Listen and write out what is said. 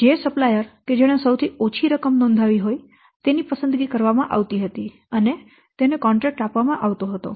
જે સપ્લાયર કે જેણે સૌથી ઓછી રકમ નોંધાવી હોય તેની પસંદગી કરવામાં આવતી હતી અને તેને કોન્ટ્રેક્ટ આપવામાં આવતો હતો